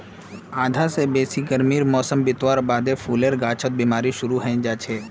आधा स बेसी गर्मीर मौसम बितवार बादे फूलेर गाछत बिमारी शुरू हैं जाछेक